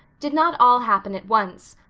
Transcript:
did not all happen at once,